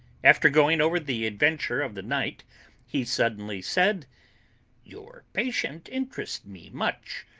after going over the adventure of the night he suddenly said your patient interests me much.